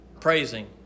praising